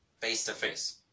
face-to-face